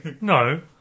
no